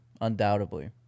undoubtedly